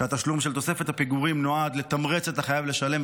שהתשלום של תוספת הפיגורים נועד לתמרץ את החייב לשלם,